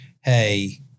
Hey